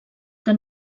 que